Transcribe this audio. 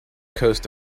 coast